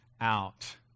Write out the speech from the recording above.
out